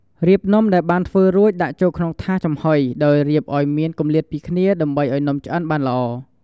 រៀបនំដែលបានធ្វើរួចដាក់ចូលក្នុងថាសចំហុយ ដោយរៀបឲ្យមានគម្លាតពីគ្នា ដើម្បីឲ្យនំឆ្អិនបានល្អ។